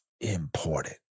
important